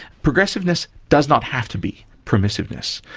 progressiveness does not have to be permissiveness.